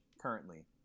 currently